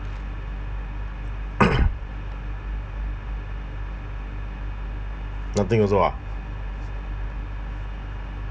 nothing also ah